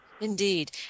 indeed